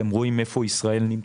אתם רואים איפה ישראל נמצאת,